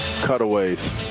Cutaways